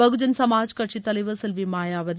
பகுஜன்சமாஜ் கட்சி தலைவர் செல்வி மாயாவதி